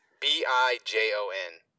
B-I-J-O-N